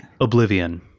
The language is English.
Oblivion